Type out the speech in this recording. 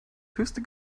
höchste